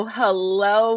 hello